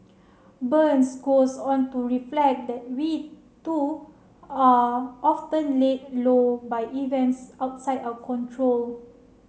burns goes on to reflect that we too are often laid low by events outside our control